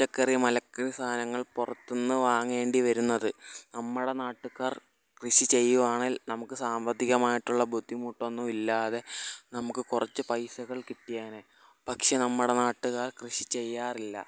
പച്ചക്കറി മലക്കറി സാധനങ്ങൾ പുറത്ത് നിന്ന് വാങ്ങേണ്ടി വരുന്നത് നമ്മുടെ നാട്ടുകാർ കൃഷി ചെയ്യുവാണേൽ നമുക്ക് സാമ്പത്തികമായിട്ടുള്ള ബുദ്ധിമുട്ടൊന്നും ഇല്ലാതെ നമുക്ക് കുറച്ച് പൈസകൾ കിട്ടിയേനെ പക്ഷെ നമ്മുടെ നാട്ടുകാർ കൃഷി ചെയ്യാറില്ല